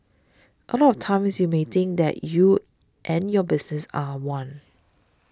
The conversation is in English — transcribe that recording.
a lot of times you may think that you and your business are one